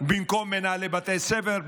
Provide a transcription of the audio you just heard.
במקום מנהלי בתי ספר,